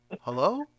Hello